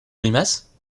grimace